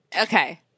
Okay